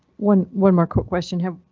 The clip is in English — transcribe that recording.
when one more quick question have,